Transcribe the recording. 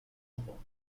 enfants